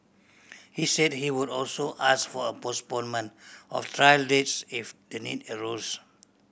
he said he would also ask for a postponement of trial dates if the need arose